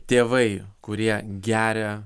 tėvai kurie geria